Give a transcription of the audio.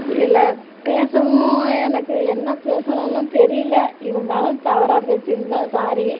இல்லை பேசவும் எனக்கு என்ன பேசணும்னு தெரியல இருந்தாலும் தவறாக பேசிருந்தால் சாரி